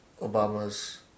Obama's